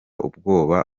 ubwoba